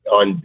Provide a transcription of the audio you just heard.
on